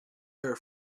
her